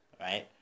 right